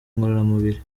ngororamubiri